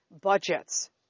budgets